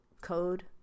code